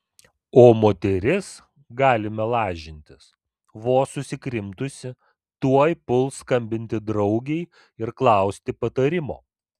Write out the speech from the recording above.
o moteris galime lažintis vos susikrimtusi tuoj puls skambinti draugei ir klausti patarimo